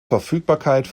verfügbarkeit